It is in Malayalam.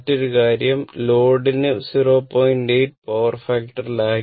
മറ്റൊരു കാര്യം ലോഡിന് 0